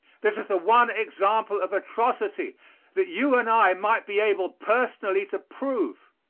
this is the one example of atrocity that you and i might be able personally to prove.